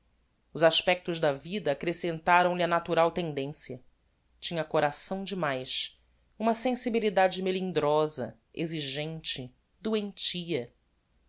os aspectos da vida accrescentaram lhe a natural tendencia tinha coração de mais uma sensibilidade melindrosa exigente doentia